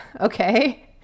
okay